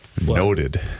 Noted